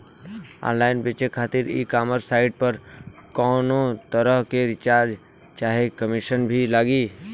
Online बेचे खातिर e commerce site पर कौनोतरह के चार्ज चाहे कमीशन भी लागी?